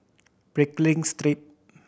Pickering Street